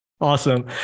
Awesome